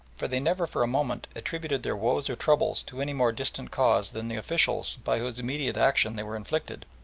for they never for a moment attributed their woes or troubles to any more distant cause than the officials by whose immediate action they were inflicted.